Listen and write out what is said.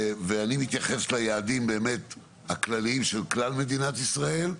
ואני מתייחס ליעדים הכללים של כלל מדינת ישראל,